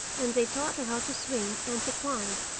and they taught her how to swing, and to climb,